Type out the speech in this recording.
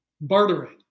Bartering